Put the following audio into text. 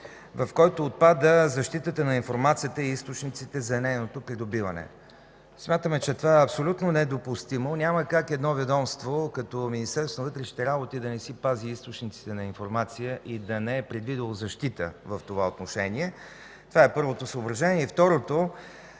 в който отпада защитата на информацията и източниците за нейното придобиване. Смятаме, че това е абсолютно недопустимо. Няма как едно ведомство като Министерството на вътрешните работи да не си пази източниците на информация и да не е предвидило защита в това отношение. Това е първото съображение.